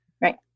Right